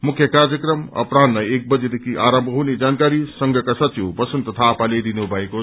मुख्य कार्यक्रम अपह्रान्ह एक बजेदेखि आरम्म हुने जानकारी संघका सचिव बसन्त थापाले दिनु भएको छ